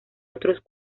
otros